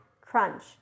crunch